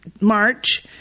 March